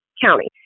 county